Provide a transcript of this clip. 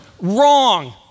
wrong